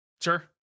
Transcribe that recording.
Sure